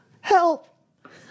Help